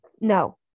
No